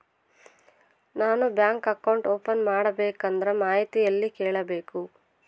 ನಾನು bank account open ಮಾಡಬೇಕಂದ್ರ ಮಾಹಿತಿ ಎಲ್ಲಿ ಕೇಳಬೇಕು?